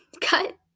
cut